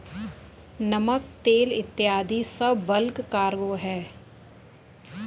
नमक, तेल इत्यादी सब बल्क कार्गो हैं